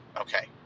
Okay